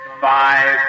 five